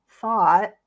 thought